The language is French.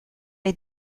les